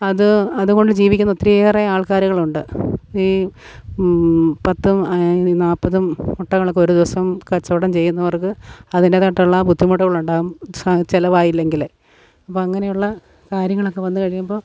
അത് അതുകൊണ്ട് ജീവിക്കുന്ന ഒത്തിരിയേറെ ആൾക്കാരുകളുണ്ട് ഈ പത്തും നാപ്പതും മുട്ടകളൊക്കെ ഒരുദിവസം കച്ചവടം ചെയ്യുന്നവർക്ക് അതിൻറേതായിട്ടുള്ള ബുദ്ധിമുട്ടുകളുണ്ടാകും സ ചിലവായില്ലെങ്കിൽ അപ്പോൾ അങ്ങനെയുള്ള കാര്യങ്ങളൊക്കെ വന്നു കഴിയുമ്പോൾ